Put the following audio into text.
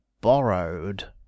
Borrowed